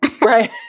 Right